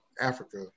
Africa